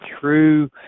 true